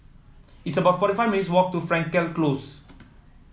it's about forty five minutes' walk to Frankel Close